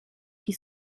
qui